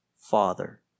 Father